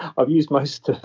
i've used most of